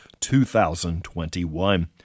2021